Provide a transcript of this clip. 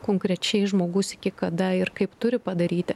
konkrečiai žmogus iki kada ir kaip turi padaryti